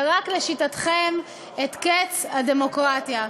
לשיטתכם, ורק לשיטתכם, את קץ הדמוקרטיה.